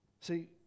See